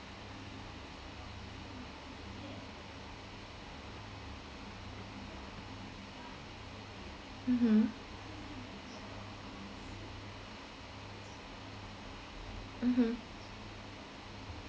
mmhmm mmhmm